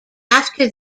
after